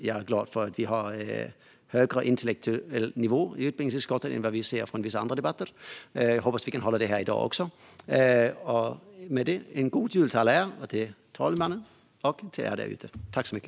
Jag är glad för att vi har en högre intellektuell nivå i utbildningsutskottet än vad vi ser i vissa andra debatter. Jag hoppas att vi kan hålla det i dag också. God jul till alla er, till talmannen och till er där ute!